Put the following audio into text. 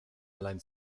allein